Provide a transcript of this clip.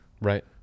Right